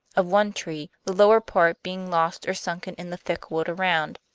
of one tree, the lower part being lost or sunken in the thick wood around.